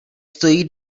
stojí